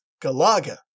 Galaga